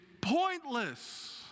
pointless